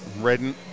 Redden